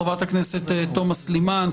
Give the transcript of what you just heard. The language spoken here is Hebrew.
חברת הכנסת תומא סלימאן,